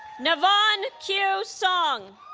nevon q. song